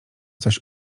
coś